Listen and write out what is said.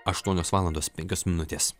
aštuonios valandos penkios minutės